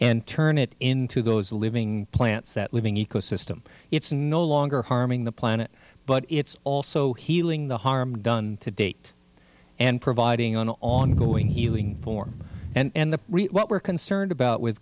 and turn it into those living plants that living ecosystem it's no longer harming the planet but it's also healing the harm done to date and providing an ongoing healing form and what we're concerned about with